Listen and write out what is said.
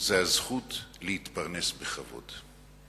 היא הזכות להתפרנס בכבוד.